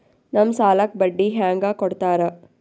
ನಮ್ ಸಾಲಕ್ ಬಡ್ಡಿ ಹ್ಯಾಂಗ ಕೊಡ್ತಾರ?